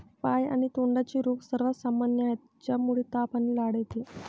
पाय आणि तोंडाचे रोग सर्वात सामान्य आहेत, ज्यामुळे ताप आणि लाळ येते